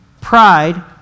pride